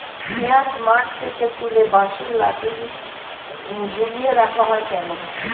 পিঁয়াজ মাঠ থেকে তুলে বাঁশের লাঠি ঝুলিয়ে রাখা হয় কেন?